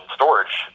storage